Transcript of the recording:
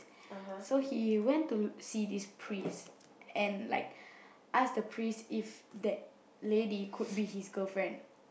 (uh huh)